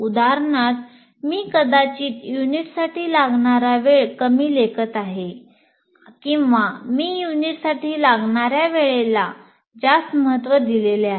उदाहरणार्थ मी कदाचित युनिटसाठी लागणारा वेळ कमी लेखत आहे किंवा मी युनिटसाठी लागणाऱ्या वेळेला जास्त महत्त्व दिलेले आहे